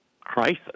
crisis